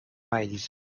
miles